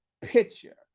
picture